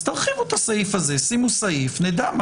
תרחיבו את הסעיף הזה, שימו סעיף ונדע.